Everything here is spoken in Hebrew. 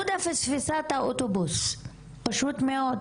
הודא פספסה את האוטובוס, פשוט מאוד,